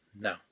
No